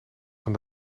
van